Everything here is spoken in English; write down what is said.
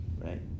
right